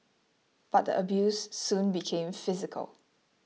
but the abuse soon became physical